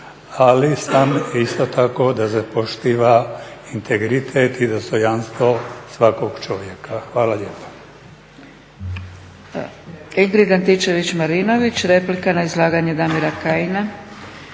ali sam isto tako da se poštiva integritet i dostojanstvo svakog čovjeka. Hvala lijepa.